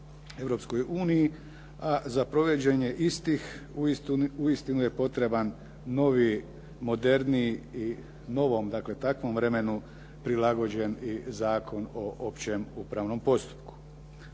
a za provođenje istih uistinu je potreban noviji, moderniji i novom, dakle takvom vremenu prilagođen i Zakon o općem upravnom postupku.